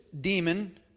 demon